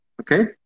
okay